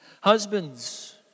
Husbands